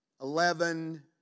eleven